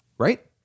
Right